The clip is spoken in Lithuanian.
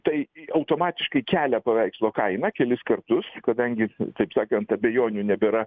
tai automatiškai kelia paveikslo kainą kelis kartus kadangi taip sakant abejonių nebėra